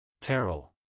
Terrell